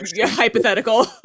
hypothetical